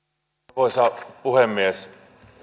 arvoisa puhemies